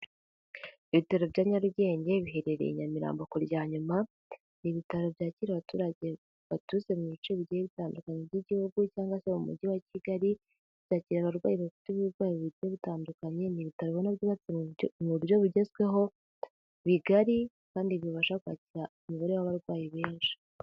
Ibitari bya Nyarugenge biherereye i Nyamirambo ku rya nyuma, ni ibitaro byakira abaturage baturutse mu bice bigiye bitandukanye by'Igihugu cyangwa se mu Mujyi wa Kigali, byakira abarwayi bafite uburwayi bugiye butandukanye, ni ibitaro ubona byubatse mu buryo bugezweho, bigari kandi bibasha kwakira umubare w'abarwayi benshi.